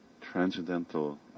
transcendental